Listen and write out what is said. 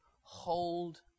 hold